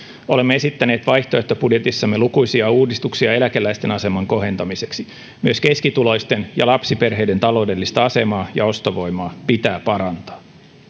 olemme esittäneet vaihtoehtobudjetissamme lukuisia uudistuksia eläkeläisten aseman kohentamiseksi myös keskituloisten ja lapsiperheiden taloudellista asemaa ja ostovoimaa pitää parantaa